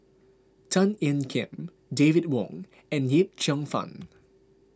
Tan Ean Kiam David Wong and Yip Cheong Fun